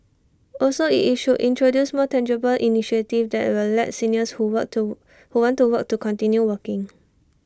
also IT it should introduce more tangible initiatives that will let seniors who work to who want to work to continue working